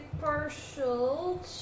partial